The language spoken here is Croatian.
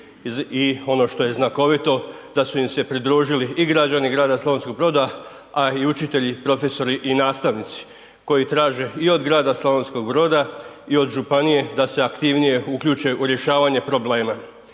i ono što je znakovito da su im se pridružili i građani grada Slavonskog Broda, a i učitelji, profesori i nastavnici, koji traže i od grada Slavonskog Broda i od županije da se aktivnije uključe u rješavanje problema.